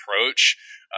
approach